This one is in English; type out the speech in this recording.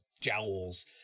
jowls